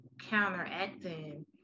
counteracting